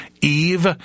Eve